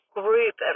group